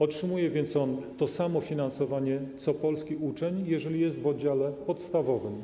Otrzymuje więc on to samo finansowanie co polski uczeń, jeżeli jest w oddziale podstawowym.